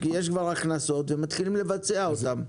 יש כבר הכנסות, ומתחלים לבצע אותן.